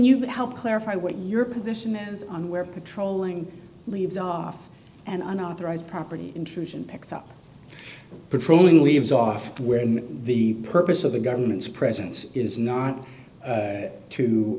you help clarify what your position is on where patrolling leaves off and unauthorized property intrusion picks up patrolling leaves off where the purpose of the government's presence is not